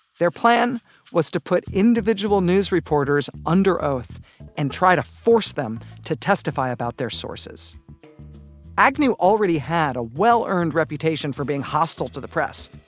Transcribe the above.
their plan was to put individual news reporters under oath and try to force them to testify about their sources agnew already had a well-earned reputation for being hostile to the press.